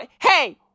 Hey